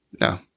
No